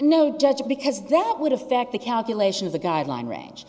know judge because that would affect the calculation of the guideline range